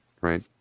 right